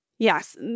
Yes